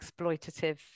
exploitative